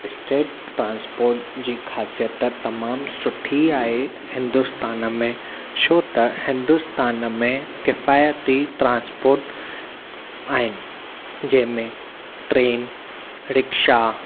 state transport जी ख़ासियतु तमामु सुठी आहे हिंदुस्तान में छो त हिंदुस्तान में किफ़ायती ट्रांसपोर्ट आहिनि जंहिंमें ट्रेन रिक्शा